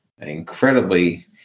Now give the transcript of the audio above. incredibly